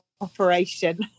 operation